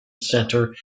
center